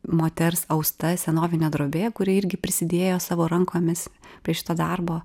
moters austa senovinė drobė kuri irgi prisidėjo savo rankomis prie šito darbo